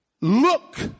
look